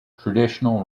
traditional